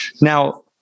Now